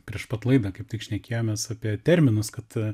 prieš pat laidą kaip tik šnekėjomės apie terminus kad